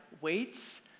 weights